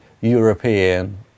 European